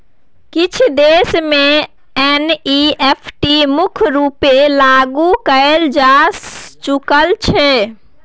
किछ देश मे एन.इ.एफ.टी मुख्य रुपेँ लागु कएल जा चुकल छै